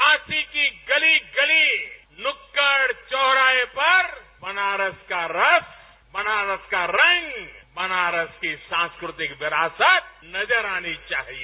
काशी की गली गली नुक्कड़ चौराहे पर बनारस का रस बनारस का रंग बनारस की सांस्कृतिक विरासत नजर आनी चाहिए